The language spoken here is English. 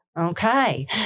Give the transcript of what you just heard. Okay